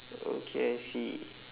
okay I see